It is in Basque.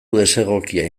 desegokia